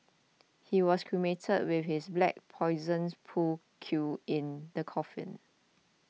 he was cremated with his black Poison pool cue in the coffin